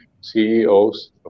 CEOs